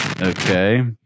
Okay